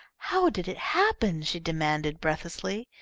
how did it happen? she demanded, breathlessly.